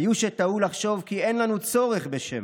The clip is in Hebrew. היו שטעו לחשוב כי אין לנו צורך בשמן,